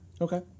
okay